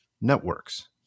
networks